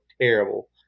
terrible